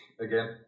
again